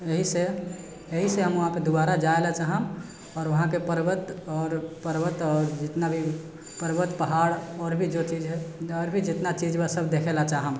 यहीसे हम वहाँपे दुबारा जाए लए चाहम आओर वहाँके पर्वत आओर पर्वत आओर जितना भी पर्वत पहाड़ आओर भी जो चीज है आओर भी जितना चीज बा सब देखे लए चाहम